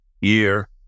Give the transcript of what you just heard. year